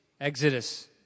exodus